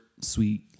sweet